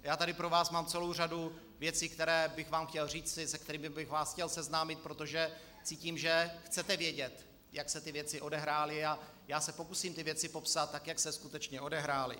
Já tady pro vás mám celou řadu věcí, které bych vám chtěl říci, se kterými bych vás chtěl seznámit, protože cítím, že chcete vědět, jak se ty věci odehrály, a já se pokusím ty věci popsat, tak jak se skutečně odehrály.